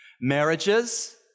Marriages